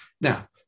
Now